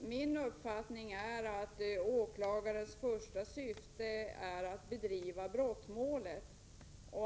Min uppfattning är att åklagarens första syfte är att driva brottmålet.